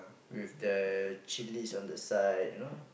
with the chillis on the side you know